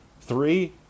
Three